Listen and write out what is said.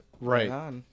right